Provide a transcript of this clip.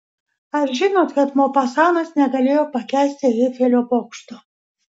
ar žinot kad mopasanas negalėjo pakęsti eifelio bokšto